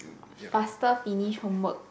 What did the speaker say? faster finish homework